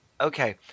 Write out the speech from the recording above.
Okay